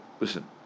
Listen